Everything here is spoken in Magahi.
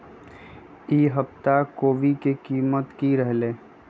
ई सप्ताह कोवी के कीमत की रहलै?